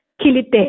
kilite